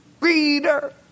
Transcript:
reader